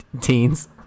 teens